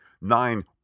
nine